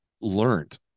learned